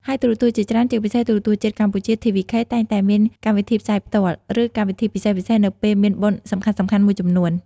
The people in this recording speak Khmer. ហើយទូរទស្សន៍ជាច្រើន ជាពិសេស ទូរទស្សន៍ជាតិកម្ពុជា TVK តែងតែមានកម្មវិធីផ្សាយផ្ទាល់ ឬកម្មវិធីពិសេសៗនៅពេលមានបុណ្យសំខាន់ៗមួយចំនួន។